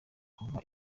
kuva